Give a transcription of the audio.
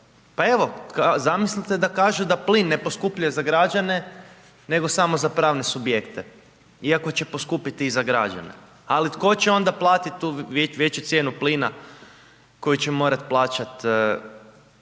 Pa evo, zamislite da kažu da plin ne poskupljuje za građane nego samo za pravne subjekte iako će poskupiti i za građane, ali tko će onda platiti tu veću cijenu plina koju će morati plaćati